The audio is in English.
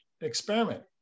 experiment